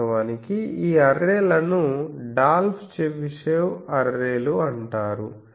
వాస్తవానికి ఈ అర్రే లను డాల్ఫ్ చెబిషెవ్ అర్రేలు అంటారు